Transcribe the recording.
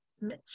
mitch